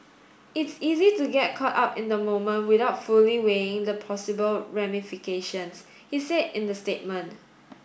it's easy to get caught up in the moment without fully weighing the possible ramifications he said in the statement